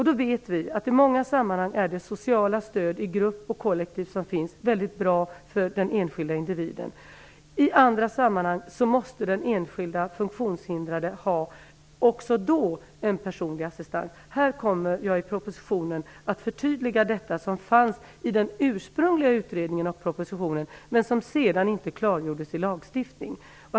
Vi vet att det sociala stöd som finns i grupper och kollektiv är mycket bra för den enskilda individen i många sammanhang. I andra sammanhang måste den enskilda funktionshindrade även då ha personlig assistans. Jag kommer att förtydliga detta i propositionen. Det fanns med i den ursprungliga utredningen av propositionen men klargjordes inte senare i lagstiftningen.